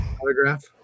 Autograph